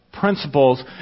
Principles